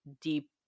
deep